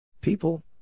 People